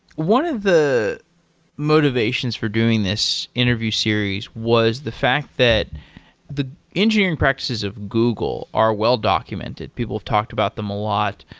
one of the motivations for doing this interview series was the fact that the engineering practices of google are well-documented. people talked about them a lot.